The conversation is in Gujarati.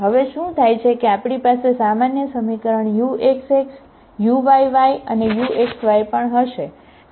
હવે શું થાય છે કે આપણી પાસે સામાન્ય સમીકરણ uxx uyy and uxy પણ હશે